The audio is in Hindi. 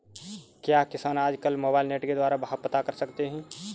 क्या किसान आज कल मोबाइल नेट के द्वारा भाव पता कर सकते हैं?